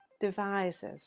devices